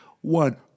one